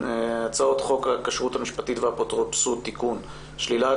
הצעת חוק הכשרות המשפטית והאפוטרופסות (תיקון - שלילת